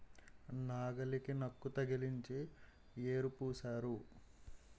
నాగలికి నక్కు తగిలించి యేరు పూశారు